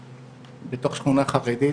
בתוך שכונה חרדית,